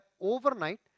overnight